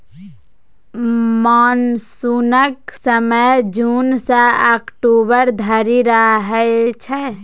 मानसुनक समय जुन सँ अक्टूबर धरि रहय छै